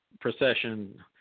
procession